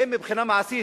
האם מבחינה מעשית